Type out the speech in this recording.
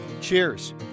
Cheers